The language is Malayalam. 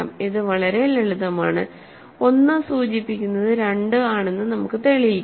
ഇത് വളരെ ലളിതമാണെന്ന് 1 സൂചിപ്പിക്കുന്നത് 2 ആണെന്ന് നമുക്ക് തെളിയിക്കാം